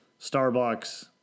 Starbucks